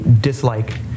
dislike